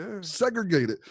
Segregated